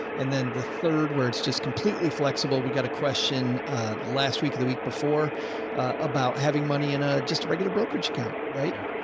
and then the third where it's just completely flexible. we've got a question last week, the week before about having money in a, just a regular brokerage account, right? yeah.